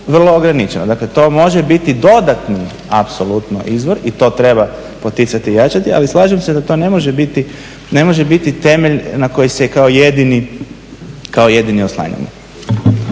vrlo ograničena. Dakle to može biti dodatni apsolutno izvor i to treba poticati i jačati, ali slažem se da to ne može biti temelj na koji se kao jedini oslanjamo.